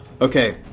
Okay